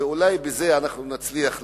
ואולי בזה אנחנו נצליח להקטין,